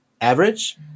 average